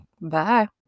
Bye